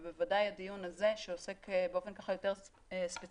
ובוודאי הדיון הזה שעוסק באופן יותר ספציפי